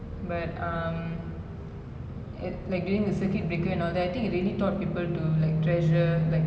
mm so I think like we mentioned right a lot of people who lost their jobs their their rice bowl their income